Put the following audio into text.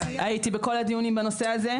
הייתי בכל הדיונים בנושא הזה.